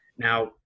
Now